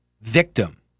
victim